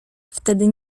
wtedy